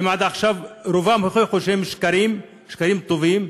שעד עכשיו הוכיחו שרובם שקרים, שקרים טובים,